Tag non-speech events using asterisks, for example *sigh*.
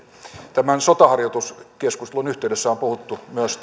tämän sotaharjoituskeskustelun yhteydessä on puhuttu myös *unintelligible*